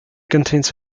contains